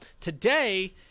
Today